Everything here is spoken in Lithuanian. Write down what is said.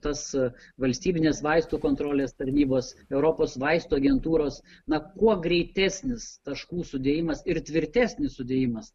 tas valstybinės vaistų kontrolės tarnybos europos vaistų agentūros na kuo greitesnis taškų sudėjimas ir tvirtesnis sudėjimas